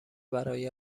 برای